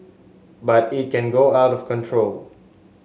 but it can go out of control